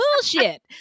bullshit